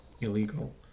illegal